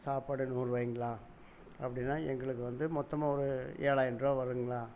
சாப்பாடு நூறுவாயிங்களா அப்படினா எங்களுக்கு வந்து மொத்தமாக ஒரு ஏழாய்ன்ரூவா வருங்களா